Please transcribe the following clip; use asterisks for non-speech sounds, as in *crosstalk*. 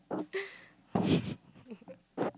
*laughs*